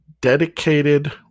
dedicated